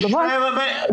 כן.